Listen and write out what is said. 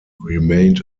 remained